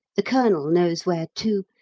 the colonel knows where to,